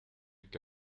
que